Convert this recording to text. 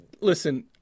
listen